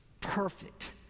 perfect